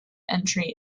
entry